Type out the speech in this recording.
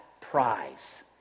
prize